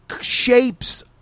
shapes